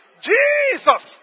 Jesus